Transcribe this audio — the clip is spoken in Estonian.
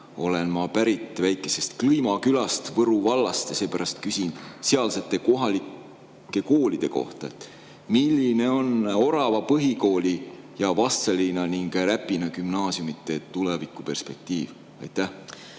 olen ma pärit väikesest Kliima külast Võru vallast ja seepärast küsin sealsete kohalike koolide kohta. Milline on Orava põhikooli ning Vastseliina ja Räpina gümnaasiumi tulevikuperspektiiv? Austatud